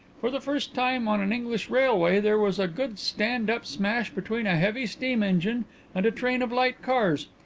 for the first time on an english railway there was a good stand-up smash between a heavy steam-engine and a train of light cars,